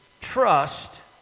trust